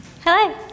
Hello